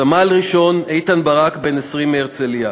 סמל-ראשון איתן ברק, בן 20, מהרצליה,